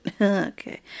Okay